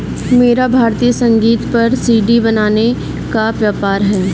मेरा भारतीय संगीत पर सी.डी बनाने का व्यापार है